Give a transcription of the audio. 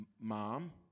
mom